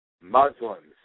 Muslims